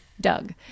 Doug